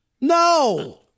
No